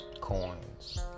coins